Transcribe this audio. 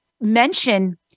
mention